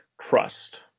trust